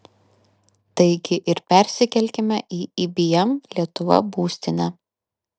taigi ir persikelkime į ibm lietuva būstinę